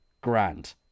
grand